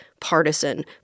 partisan